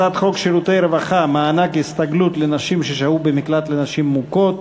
הצעת חוק שירותי רווחה (מענק הסתגלות לנשים ששהו במקלט לנשים מוכות)